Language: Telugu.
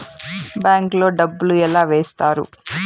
బ్యాంకు లో డబ్బులు ఎలా వేస్తారు